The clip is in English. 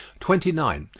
twenty nine.